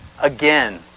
again